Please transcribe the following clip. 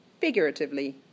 figuratively